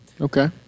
Okay